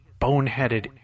boneheaded